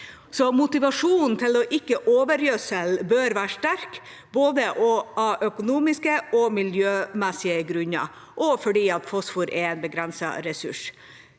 mo tivasjonen for ikke å overgjødsle bør være sterk av både økonomiske og miljømessige grunner, men også fordi fosfor er en begrenset ressurs.